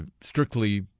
strictly